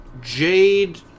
Jade